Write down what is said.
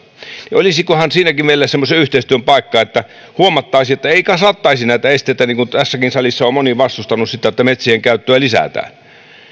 niin olisikohan siinäkin meillä semmoisen yhteistyön paikka että huomattaisiin että ei kasattaisi näitä esteitä niin kuin tässäkin salissa on moni vastustanut sitä että metsien käyttöä lisätään